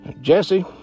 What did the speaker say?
Jesse